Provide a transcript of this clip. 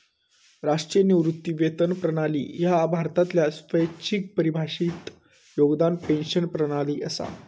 राष्ट्रीय निवृत्ती वेतन प्रणाली ह्या भारतातलो स्वैच्छिक परिभाषित योगदान पेन्शन प्रणाली असा